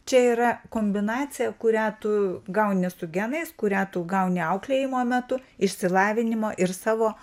čia yra kombinacija kurią tu gauni su genais kurią tu gauni auklėjimo metu išsilavinimo ir savo